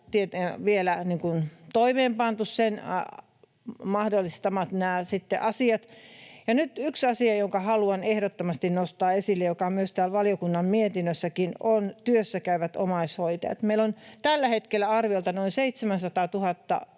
vielä toimeenpantu sen mahdollistamia asioita. Ja nyt yksi asia, jonka haluan ehdottomasti nostaa esille ja joka on täällä valiokunnan mietinnössäkin, on työssäkäyvät omaishoitajat. Meillä on tällä hetkellä arviolta noin 700 000